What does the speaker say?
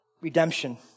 Redemption